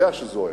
יודע שזאת האמת.